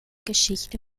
geschichte